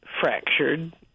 fractured